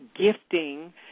gifting